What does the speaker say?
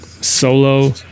Solo